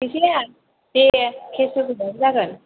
फैसाया दे केश होफैब्लाबो जागोन